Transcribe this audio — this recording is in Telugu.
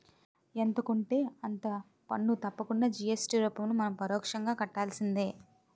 ఎంత కొంటే అంత పన్ను తప్పకుండా జి.ఎస్.టి రూపంలో మనం పరోక్షంగా కట్టాల్సిందే